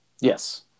yes